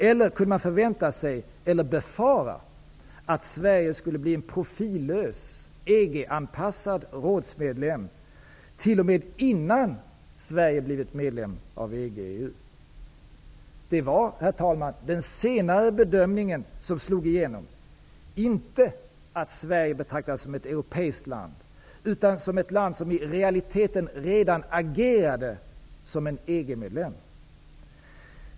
Eller kunde man förvänta sig eller befara att Sverige skulle bli en profillös EG-anpassad rådsmedlem t.o.m. innan Sverige blivit medlem av EG/EU? Det var, herr talman, den senare bedömningen som slog igenom, inte att Sverige betraktades som ett europeiskt land, utan som ett land som i realiteten redan agerade som en EG-medlem.